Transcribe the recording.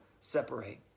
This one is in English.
separate